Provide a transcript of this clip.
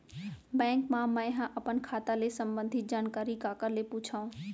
Bank मा मैं ह अपन खाता ले संबंधित जानकारी काखर से पूछव?